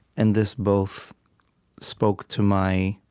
and this both spoke to my